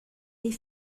des